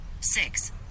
six